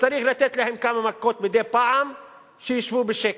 וצריך לתת להם כמה מכות מדי פעם שישבו בשקט.